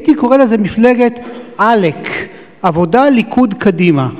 הייתי קורא לזה מפלגת על"ק, עבודה, ליכוד, קדימה,